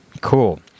cool